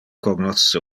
cognosce